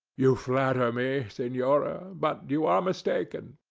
you flatter me, senora but you are mistaken.